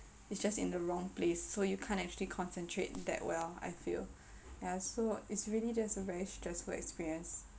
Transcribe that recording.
it's just in the wrong place so you can't actually concentrate that well I feel yeah so it's really just a very stressful experience